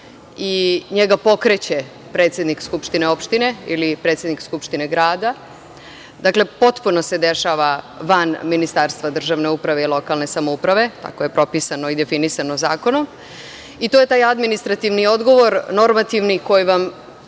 i njega pokreće predsednik skupštine opštine ili predsednik skupštine grada. Dakle, potpuno se dešava van Ministarstva državne uprave i lokalne samouprave, tako je propisano i definisano zakonom i to je taj administrativni odgovor normativni koji sam